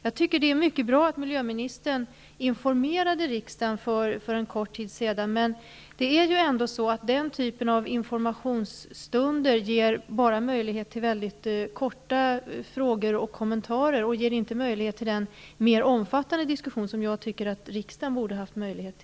Det var mycket bra att miljöministern för en tid sedan informerade riksdagen, men den typen av informationsstunder ger bara möjlighet till korta frågor och kommentarer och ger inte möjlighet till en mer omfattande diskussion, som jag tycker att riksdagen borde ha fått.